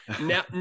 Now